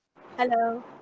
Hello